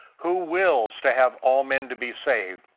who wills to have all men to be saved,